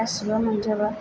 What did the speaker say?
गासिबो मोनजोबो